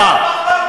לשבת.